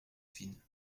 fine